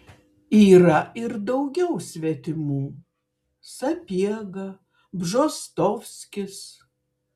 yra ir daugiau svetimų sapiega bžostovskis